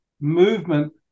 movement